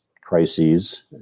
crises